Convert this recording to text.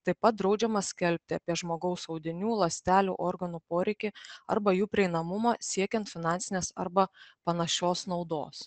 taip pat draudžiama skelbti apie žmogaus audinių ląstelių organų poreikį arba jų prieinamumą siekiant finansinės arba panašios naudos